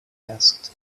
asked